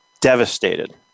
devastated